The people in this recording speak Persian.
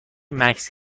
مکث